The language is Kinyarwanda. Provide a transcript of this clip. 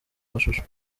mashusho